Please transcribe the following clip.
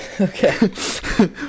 Okay